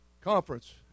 conference